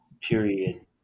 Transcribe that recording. period